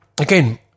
again